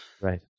Right